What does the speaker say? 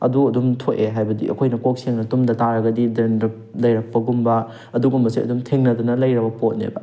ꯑꯗꯨ ꯑꯗꯨꯝ ꯊꯣꯛꯑꯦ ꯍꯥꯏꯕꯗꯤ ꯑꯩꯈꯣꯏꯅ ꯀꯣꯛ ꯁꯦꯡꯅ ꯇꯨꯝꯗ ꯇꯥꯔꯒꯗꯤ ꯗ꯭ꯔꯦꯟꯗ꯭ꯔꯞ ꯂꯩꯔꯛꯄꯒꯨꯝꯕ ꯑꯗꯨꯒꯨꯝꯕꯁꯦ ꯑꯗꯨꯝ ꯊꯦꯡꯅꯗꯨꯅ ꯂꯩꯔꯕ ꯄꯣꯠꯅꯦꯕ